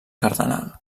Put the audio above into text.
cardenal